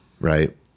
right